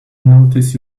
notice